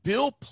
Bill